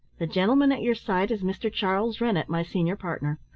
the gentleman at your side is mr. charles rennett, my senior partner.